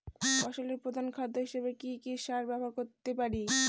ফসলের প্রধান খাদ্য হিসেবে কি কি সার ব্যবহার করতে পারি?